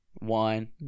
wine